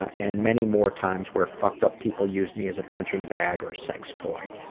and many more times where fucked-up people used me as a punching bag or sex toy.